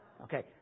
Okay